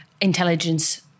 intelligence